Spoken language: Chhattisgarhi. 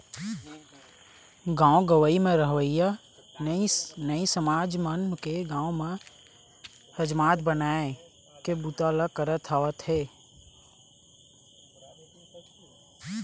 गाँव गंवई म रहवइया नाई समाज मन के गाँव म हजामत बनाए के बूता ल करत आवत हे